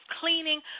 cleaning